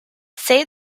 say